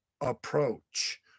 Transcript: approach